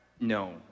No